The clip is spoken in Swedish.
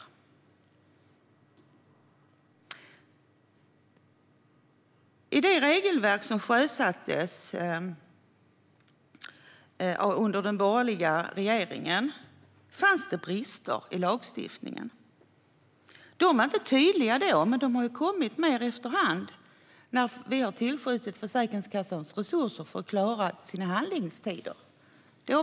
Det fanns brister i det regelverk och den lagstiftning som sjösattes under den borgerliga regeringen. Bristerna var inte tydliga då, men de har blivit tydligare efter hand när vi har tillskjutit Försäkringskassan resurser för att de ska klara sina handläggningstider.